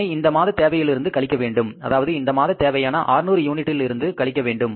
அதனை இந்த மாத தேவையில் இருந்து கழிக்க வேண்டும் அதாவது இந்த மாத தேவையான 600 யூனிட்டில் இருந்து கழிக்க வேண்டும்